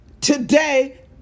today